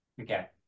Okay